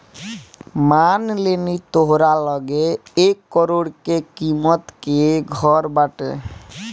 मान लेनी तोहरा लगे एक करोड़ के किमत के घर बाटे